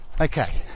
Okay